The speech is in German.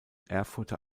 erfurter